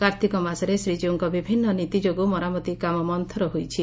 କାର୍ଭିକ ମାସରେ ଶ୍ରୀଜୀଉଙ୍କ ବିଭିନ୍ନ ନୀତି ଯୋଗୁଁ ମରାମତି କାମ ମନ୍ତର ହୋଇଛି